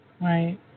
right